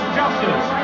justice